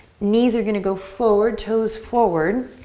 knees are gonna go forward, toes forward.